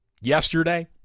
Yesterday